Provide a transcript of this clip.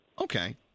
Okay